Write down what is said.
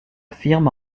firme